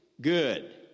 good